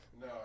No